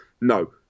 no